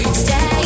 stay